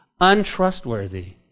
untrustworthy